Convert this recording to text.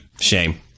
Shame